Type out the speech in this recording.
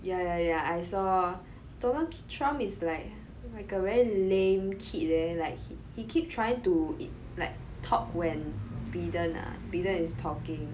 yeah yeah yeah I saw Donald Trump is like oh my god very lame kid leh like he he keep trying to it like talk when Biden ah Biden is talking